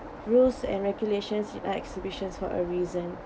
rules and regulations exhibitions for a reason